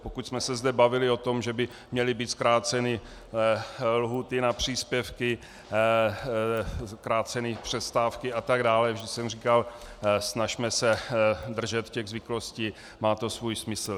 Pokud jsme se zde bavili o tom, že by měly být zkráceny lhůty na příspěvky, zkráceny přestávky atd., vždy jsem říkal: snažme se držet těch zvyklostí, má to svůj smysl.